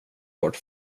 bort